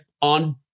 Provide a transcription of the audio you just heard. on